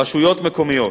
רשויות מקומיות,